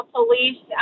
police